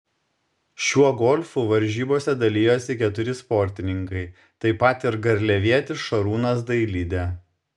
šiuo golfu varžybose dalijosi keturi sportininkai taip pat ir garliavietis šarūnas dailidė